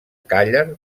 càller